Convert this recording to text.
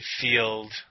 field